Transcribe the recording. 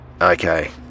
okay